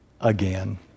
again